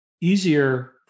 easier